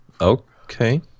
Okay